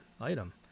item